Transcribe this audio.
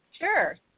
Sure